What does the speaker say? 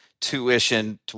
tuition